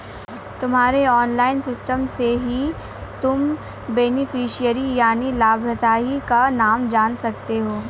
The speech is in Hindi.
तुम्हारे ऑनलाइन सिस्टम से ही तुम बेनिफिशियरी यानि लाभार्थी का नाम जान सकते हो